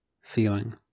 feeling